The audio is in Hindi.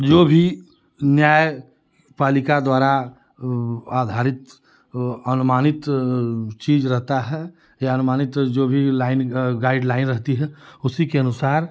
जो भी न्याय पालिका द्वारा आधारित अनुमानित चीज़ रहता है या अनुमानित जो भी लाइन गाइडलाइन रहती है उसी के अनुसार